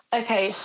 okay